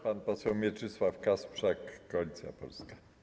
Pan poseł Mieczysław Kasprzak, Koalicja Polska.